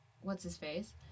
What's-His-Face